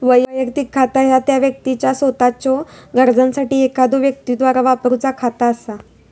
वैयक्तिक खाता ह्या त्या व्यक्तीचा सोताच्यो गरजांसाठी एखाद्यो व्यक्तीद्वारा वापरूचा खाता असा